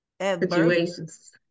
situations